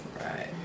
Right